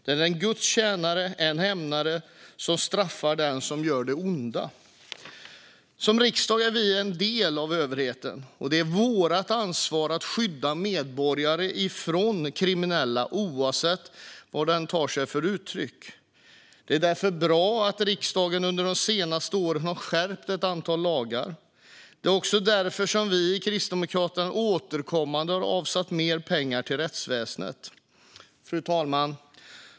Den är en Guds tjänare, en hämnare som straffar den som gör det onda. Som riksdag är vi en del av överheten, och det är vårt ansvar att skydda medborgare från kriminalitet oavsett vad den tar sig för uttryck. Det är därför bra att riksdagen under de senaste åren har skärpt ett antal lagar. Det är också därför som vi i Kristdemokraterna återkommande har avsatt mer pengar till rättsväsendet. Fru talman!